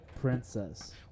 princess